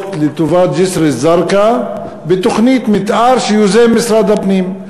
לטובת ג'סר-א-זרקא בתוכנית מתאר שיוזם משרד הפנים: